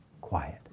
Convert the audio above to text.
quiet